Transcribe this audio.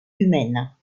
humaines